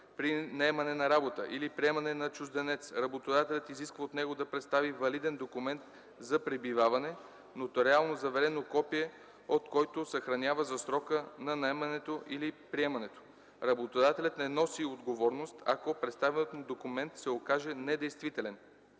При наемане на работа или приемане на чужденец работодателят изисква от него да представи валиден документ за пребиваване, нотариално заверено копие от който съхранява за срока на наемането или приемането. Работодателят не носи отговорност, ако представеният му документ се окаже недействителен.